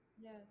Yes